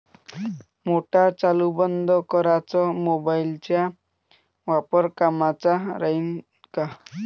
Motor चालू बंद कराच मोबाईलचा वापर कामाचा राहीन का?